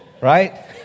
Right